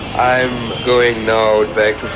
i'm going now back